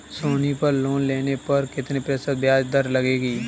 सोनी पर लोन लेने पर कितने प्रतिशत ब्याज दर लगेगी?